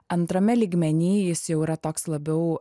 antrame lygmeny jis jau yra toks labiau